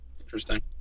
Interesting